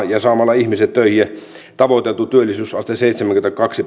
ja saamalla ihmiset töihin ja tavoiteltu työllisyysaste seitsemänkymmentäkaksi